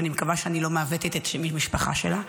ואני מקווה שאני לא מעוותת את שם המשפחה שלה,